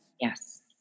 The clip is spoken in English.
Yes